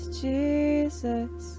jesus